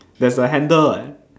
there's a handle what